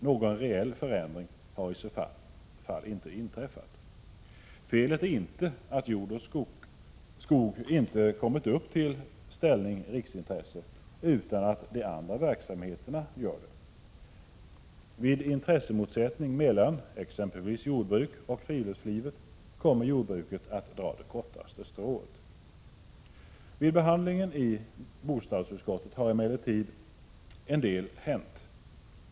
Någon reell förändring har i så fall inte inträffat. Felet är inte att jord och skog inte kommer upp i ställningen riksintresse, utan att det är de andra verksamheterna som gör det. Vid intressemotsättning mellan exempelvis jordbruk och friluftsliv kommer jordbruket att dra det kortaste strået. Vid behandlingen i bostadsutskottet har emellertid en del hänt.